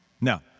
No